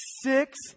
Six